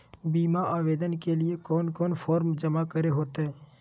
बीमा आवेदन के लिए कोन कोन फॉर्म जमा करें होते